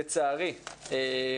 לצערי,